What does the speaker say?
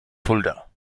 fulda